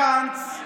גנץ,